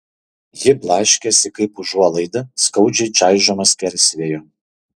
ji blaškėsi kaip užuolaida skaudžiai čaižoma skersvėjo